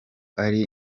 ari